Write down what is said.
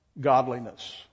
Godliness